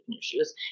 issues